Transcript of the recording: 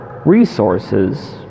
resources